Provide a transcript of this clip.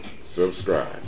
subscribe